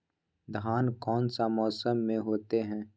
धान कौन सा मौसम में होते है?